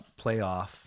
playoff